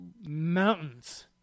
mountains